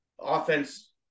offense